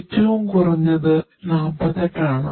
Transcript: ഏറ്റവും കുറഞ്ഞത് 48 ആണ്